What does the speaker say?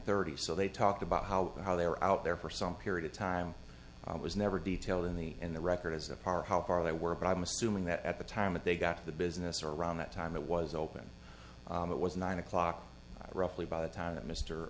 thirty so they talked about how and how they were out there for some period of time was never detailed in the in the record as a part how far they were but i'm assuming that at the time that they got to the business around that time it was open it was nine o'clock roughly by the time that m